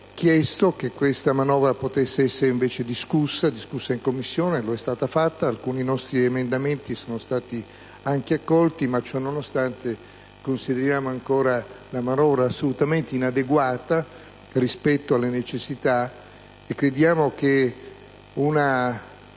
chiesto che questa manovra potesse essere invece discussa in Commissione, ed è stato fatto: alcuni nostri emendamenti sono stati anche accolti. Ciononostante consideriamo la manovra ancora assolutamente inadeguata rispetto alle necessità, e crediamo che una